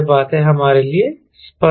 ये बातें हमारे लिए स्पष्ट हैं